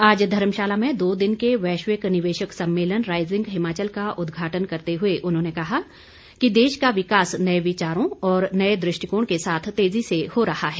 आज धर्मशाला में दो दिन के वैश्विक निवेशक सम्मेलन राइजिंग हिमाचल का उद्घाटन करते हुए उन्होंने कहा कि देश का विकास ेनये विचारों और नये दृष्टिकोण के साथ तेजी से हो रहा है